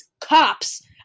cops